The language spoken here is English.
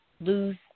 lose